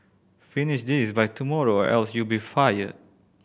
finish this by tomorrow or else you'll be fired